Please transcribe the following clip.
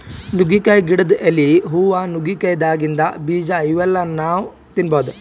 ನುಗ್ಗಿಕಾಯಿ ಗಿಡದ್ ಎಲಿ, ಹೂವಾ, ನುಗ್ಗಿಕಾಯಿದಾಗಿಂದ್ ಬೀಜಾ ಇವೆಲ್ಲಾ ನಾವ್ ತಿನ್ಬಹುದ್